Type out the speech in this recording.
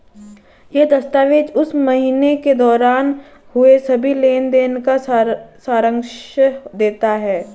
यह दस्तावेज़ उस महीने के दौरान हुए सभी लेन देन का सारांश देता है